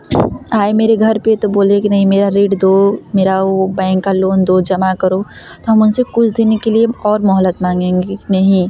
आए मेरे घर पर तो बोले की नहीं मेरा ऋण दो मेरा वो बैंक का लोन दो जमा करो तो हम उनसे कुछ के लिए और मोहलत माँगेंगे कि नहीं